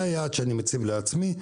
זה היעד שאני מציב לעצמי.